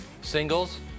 Singles